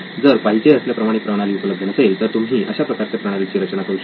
जर पाहिजे असल्याप्रमाणे प्रणाली उपलब्ध नसेल तर तुम्ही अशा प्रकारच्या प्रणालीची रचना करू शकता